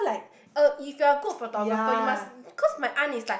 uh if you are good photographer you must because my aunt is like